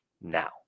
now